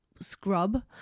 scrub